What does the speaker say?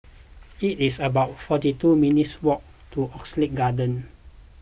it is about forty two minutes' walk to Oxley Garden